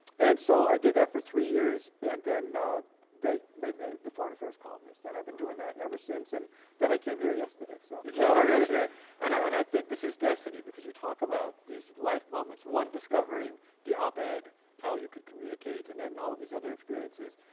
and so i did that for three years and then they made me the foreign affairs columnist and i've been doing that ever since and then i came here yesterday. sal so you came here yesterday and i and i think this is destiny because you talk about these life moments, one, discovering the op-ed, how you could communicate and then all of these other experiences.